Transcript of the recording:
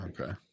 okay